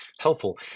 helpful